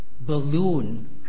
balloon